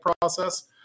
process